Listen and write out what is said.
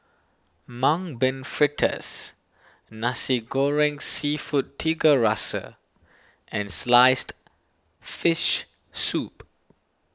Mung Bean Fritters Nasi Goreng Seafood Tiga Rasa and Sliced Fish Soup